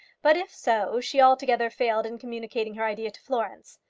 but if so, she altogether failed in communicating her idea to florence.